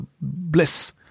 bliss